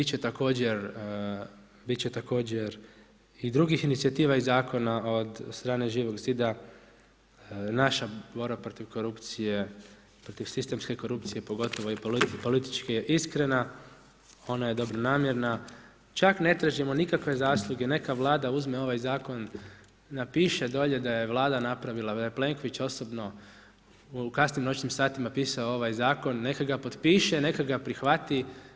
Pa eto, bit će također i drugih inicijativa i zakona od strane Živog zida, naša borba protiv korupcije, protiv sistemske korupcije, pogotovo i političke je iskrena, ona je dobronamjerna, čak ne tražimo nikakve zasluge, neka Vlada uzme ovaj zakon, napiše dolje da je Vlada napravila, da je Plenković osobno u kasnim noćnim satima pisao ovaj zakon, neka ga potpiše, neka ga prihvati.